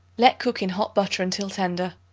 let cook in hot butter until tender.